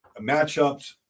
matchups